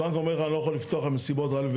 הבנק אומר לך אני לא יכול לפתוח לך מסיבות א',